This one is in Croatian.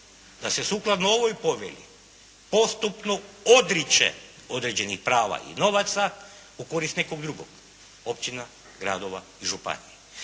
da se sukladno ovoj Povelji postupno odriče određenih prava i novaca u korist nekog drugog općina, gradova i županija.